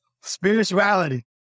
Spirituality